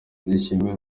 ndayishimira